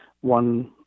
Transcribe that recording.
one